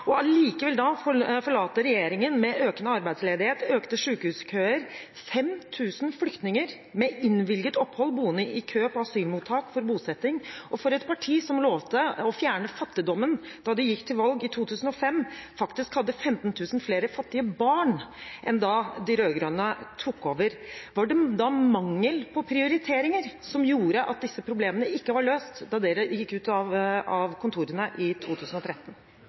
få. Allikevel etterlot regjeringen seg økende arbeidsledighet, økte sykehuskøer, 5 000 flyktninger med innvilget opphold boende i kø på asylmottak for bosetting. For et parti som lovte å fjerne fattigdommen da det gikk til valg i 2005 – faktisk var det 15 000 flere fattige barn enn da de rød-grønne tok over – var det mangel på prioriteringer som gjorde at disse problemene ikke var løst da dere gikk ut av kontorene i 2013?